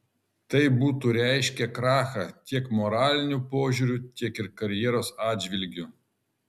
tai būtų reiškę krachą tiek moraliniu požiūriu tiek ir karjeros atžvilgiu